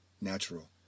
natural